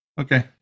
okay